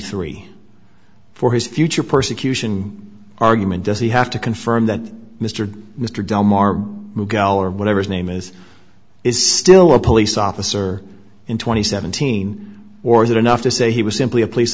three for his future persecution argument does he have to confirm that mr mr del mar or whatever his name is is still a police officer in twenty seventeen or is it enough to say he was simply a police